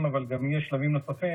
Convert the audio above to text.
חבריי וחברותיי לכנסת,